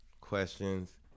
questions